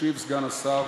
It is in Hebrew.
ישיב סגן השר